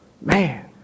Man